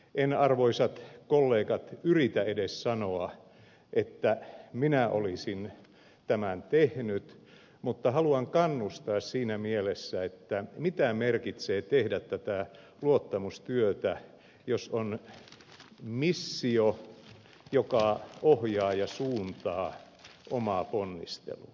en arvoisat kollegat yritä edes sanoa että minä olisin tämän tehnyt mutta haluan kannustaa siinä mielessä mitä merkitsee tehdä tätä luottamustyötä jos on missio joka ohjaa ja suuntaa omaa ponnistelua